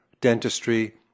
dentistry